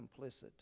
complicit